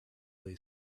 lay